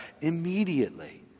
immediately